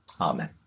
amen